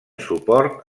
suport